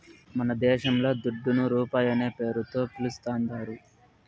మనదేశంల దుడ్డును రూపాయనే పేరుతో పిలుస్తాందారు